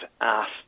asked